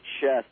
chest